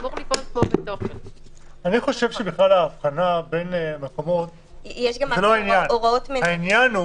אני חושב שההבחנה בין מקומות, זה לא העניין.